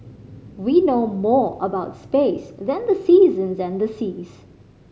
we know more about space than the seasons and the seas